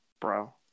bro